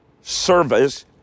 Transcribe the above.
service